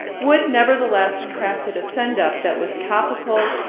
wood nevertheless crafted a send up that was topical,